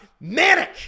Manic